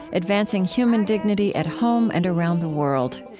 advancing human dignity at home and around the world.